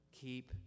Keep